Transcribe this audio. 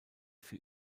für